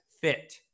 fit